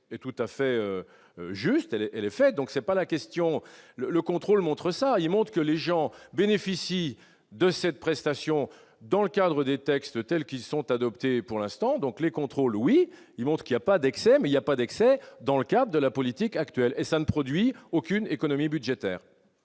et tout à fait juste aller et les effet donc c'est pas la question, le le contrôle montre ça immonde, que les gens bénéficient de cette prestation dans le cadre des textes tels qu'ils sont adoptés, pour l'instant donc les contrôles oui il montre qu'il y a pas d'excès, mais il y a pas d'excès dans le cas de la politique actuelle et ça ne produit aucune économie budgétaire.